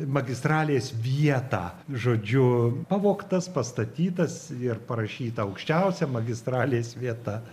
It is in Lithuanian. magistralės vietą žodžiu pavogtas pastatytas ir parašyta aukščiausia magistralės vieta